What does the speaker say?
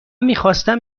میخواستم